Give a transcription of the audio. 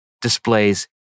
displays